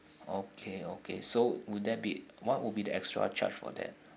okay okay so will there be what would be the extra charge for that